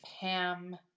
Pam